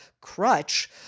crutch